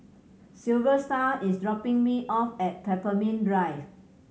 Silvester is dropping me off at Pemimpin Drive